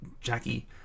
Jackie